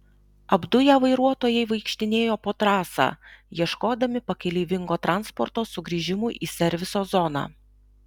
apduję vairuotojai vaikštinėjo po trasą ieškodami pakeleivingo transporto sugrįžimui į serviso zoną